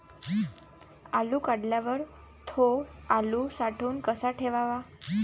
आलू काढल्यावर थो आलू साठवून कसा ठेवाव?